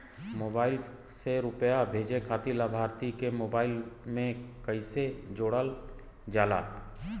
Mobile से रूपया भेजे खातिर लाभार्थी के मोबाइल मे कईसे जोड़ल जाला?